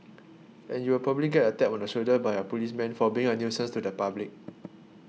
and you will probably get a tap on the shoulder by our policemen for being a nuisance to the public